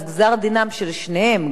אז גזר-הדין של שניהם,